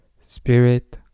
spirit